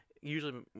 Usually